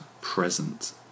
present